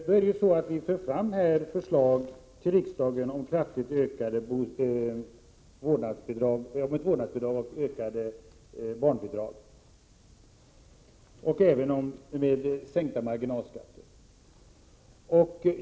Vi lägger fram förslag om vårdnadsbidrag och ökade barnbidrag. Vi föreslår även en sänkning av marginalskatterna.